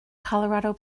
colorado